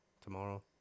Tomorrow